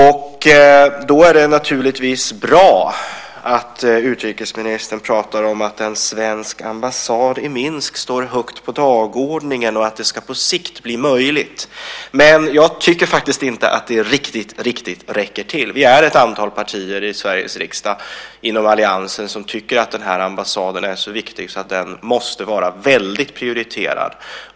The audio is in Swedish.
Då är det naturligtvis bra att utrikesministern pratar om att en svensk ambassad i Minsk står högt på dagordningen och att det på sikt ska bli möjligt. Men jag tycker faktiskt inte att det riktigt räcker till. Vi är ett antal partier i Sveriges riksdag inom alliansen som tycker att den här ambassaden är så viktig att den måste vara väldigt prioriterad.